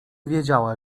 wiedziała